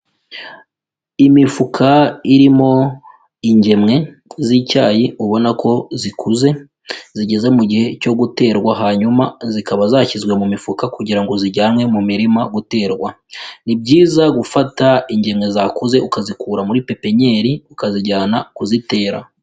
Imifuka irimo ingemwe z'icyayi ubona ko zikuze zigeze mu gihe cyo guterwa hanyuma zikaba zashyizwe mu mifuka kugira ngo zijyanwe mu mirima guterwa, ni byiza gufata ingemwe zaku ukazikura muri pipinyeri ukazijyana kuzitera.